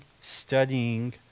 studying